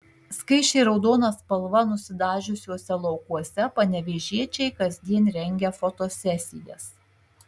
skaisčiai raudona spalva nusidažiusiuose laukuose panevėžiečiai kasdien rengia fotosesijas